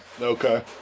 Okay